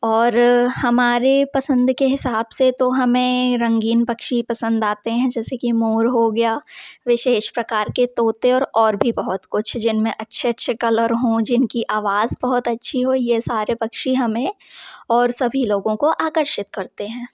और हमारी पसंद के हिसाब से तो हमें रंगीन पक्षी पसंद आते हैं जैसे कि मोर हो गया विशेष प्रकार के तोते और और भी बहुत कुछ जिन में अच्छे अच्छे कलर हो जिनकी आवाज़ बहुत अच्छी हो ये सारे पक्षी हमें और सभी लोगों को आकर्षित करते हैं